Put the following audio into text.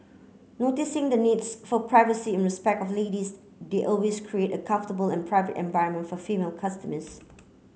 noticing the needs for privacy and respect of ladies they always create a comfortable and private environment for female customers